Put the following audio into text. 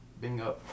Bingo